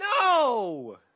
No